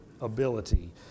ability